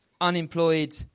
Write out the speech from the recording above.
unemployed